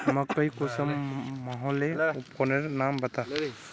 मकई कुंसम मलोहो उपकरनेर नाम बता?